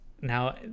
Now